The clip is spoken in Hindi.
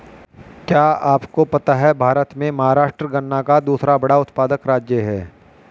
क्या आपको पता है भारत में महाराष्ट्र गन्ना का दूसरा बड़ा उत्पादक राज्य है?